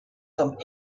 some